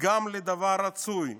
גם לדבר רצוי,